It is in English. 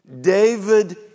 David